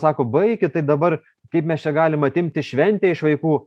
sako baikit tai dabar kaip mes čia galim atimti šventę iš vaikų